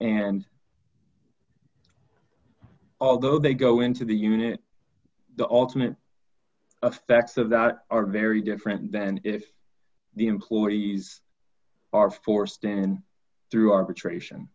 and although they go into the unit the ultimate affects of that are very different than if the employees are forced and through arbitration